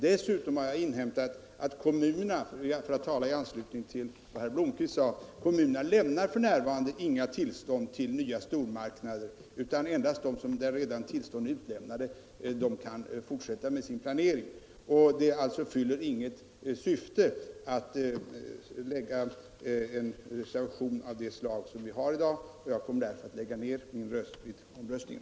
Dessutom har jag inhämtat att kommunerna — jag säger detta i anslutning till vad herr Blomkvist sade — f. n. inte lämnar några tillstånd till nya stormarknader. Det är endast de som redan har fått tillstånd som kan fortsätta med sin planering. En reservation av detta slag fyller då inget syfte. Jag kommer därför att lägga ned min röst vid omröstningen.